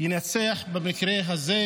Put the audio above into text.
ינצחו במקרה הזה,